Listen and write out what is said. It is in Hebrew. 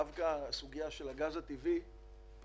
12:05) דווקא הסוגיה של הגז הטבעי היא